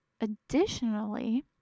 Additionally